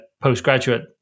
postgraduate